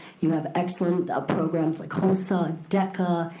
you have excellent ah programs like hosa and deca,